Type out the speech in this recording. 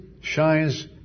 shines